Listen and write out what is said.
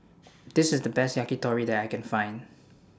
This IS The Best Yakitori that I Can Find